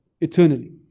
eternally